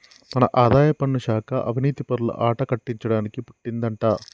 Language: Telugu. మన ఆదాయపన్ను శాఖ అవనీతిపరుల ఆట కట్టించడానికి పుట్టిందంటా